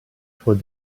toward